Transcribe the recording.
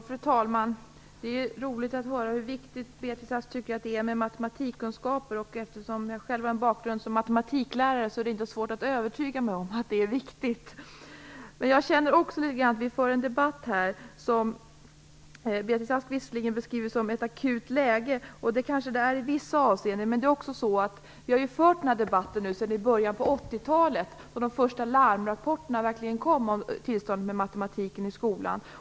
Fru talman! Det är roligt att höra att Beatrice Ask tycker att det är viktigt med matematikkunskaper. Eftersom jag själv har en bakgrund som matematiklärare är det inte svårt att övertyga mig om att matematik är viktigt. Beatrice Ask beskriver läget som akut, och det är det kanske i vissa avseenden, men den här debatten har förts sedan början av 80-talet då de första larmrapporterna om tillståndet för matematiken kom.